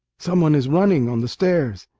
someone is running on the stairs.